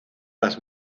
las